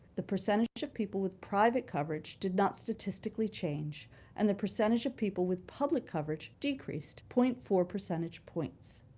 the percentage of people with private coverage did not statisticically change and the percentage of people with public coverage decreased point four percentage points.